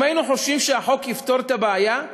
אם היינו חושבים שהחוק יפתור את הבעיה,